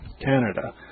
Canada